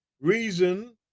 reason